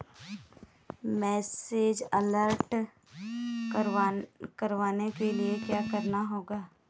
Message alert करवाने के लिए क्या करना होगा?